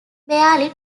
barely